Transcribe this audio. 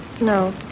No